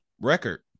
record